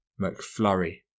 McFlurry